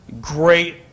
great